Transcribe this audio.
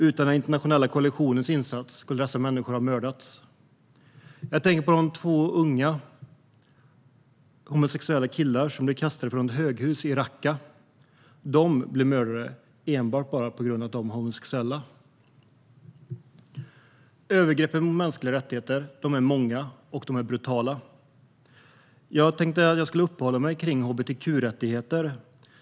Utan den internationella koalitionens insats skulle dessa människor ha mördats. Jag tänker på de två unga homosexuella killarna som blev kastade från ett höghus i al-Raqqa. De blev mördade enbart för att de var homosexuella. Övergreppen mot mänskliga rättigheter är många och brutala. Jag tänkte att jag skulle uppehålla mig vid hbtq-rättigheter.